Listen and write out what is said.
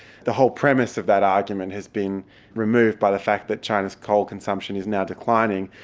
the whole premise of that argument has been removed by the fact that china's coal consumption is now declining,